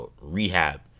rehab